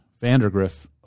Vandergriff